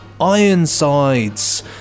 Ironsides